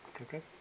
Okay